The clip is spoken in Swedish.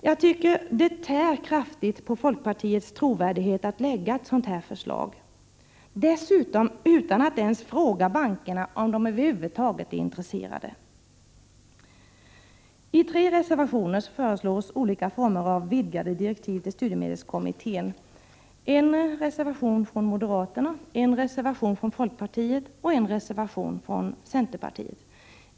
Jag tycker det tär kraftigt på folkpartiets trovärdighet att lägga ett sådant här förslag dessutom utan att ens fråga bankerna om de över huvud taget är intresserade. I tre reservationer föreslås olika former av vidgade direktiv till studieme = Prot. 1986/87:105 delskommittén: en reservation från moderaterna, en reservation från 9 april 1987 folkpartiet och en reservation från centerpartiet.